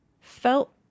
felt